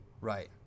Right